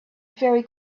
very